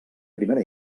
primera